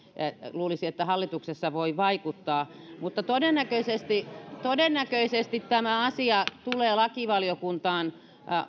luulisi että hallituksessa voi vaikuttaa todennäköisesti todennäköisesti tämä asia tulee lakivaliokuntaan